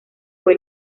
fue